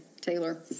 Taylor